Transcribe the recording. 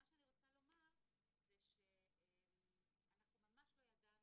מה שאני רוצה לומר זה אנחנו ממש לא ידענו